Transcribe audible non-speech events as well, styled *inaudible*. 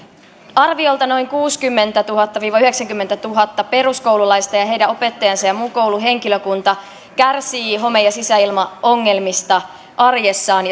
arviolta noin kuusikymmentätuhatta viiva yhdeksänkymmentätuhatta peruskoululaista ja ja heidän opettajansa ja muu koulun henkilökunta kärsii home ja sisäilmaongelmista arjessaan *unintelligible*